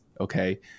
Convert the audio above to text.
Okay